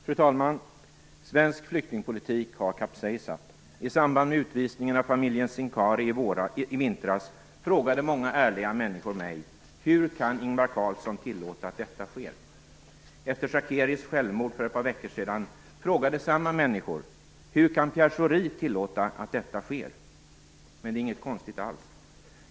Fru talman! Svensk flyktingpolitik har kapsejsat. I samband med utvisningen av familjen Sincari i vintras frågade många ärliga människor mig: Hur kan Ingvar Carlsson tillåta att detta sker? Efter Shakeris självmord för ett par veckor sedan frågade samma människor: Hur kan Pierre Schori tillåta att detta sker? Det är inget konstigt alls.